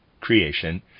creation